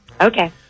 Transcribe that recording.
Okay